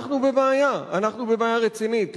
אנחנו בבעיה, אנחנו בבעיה רצינית.